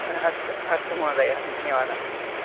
अस्तु अस्तु महोदय धन्यवादाः धन्यवादाः